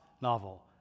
novel